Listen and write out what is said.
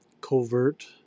covert